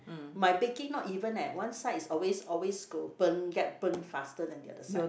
my baking not even leh one side is always always go burn get burn faster than the other side